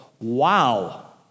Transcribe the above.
wow